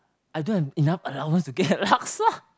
I don't have enough allowance to get laksa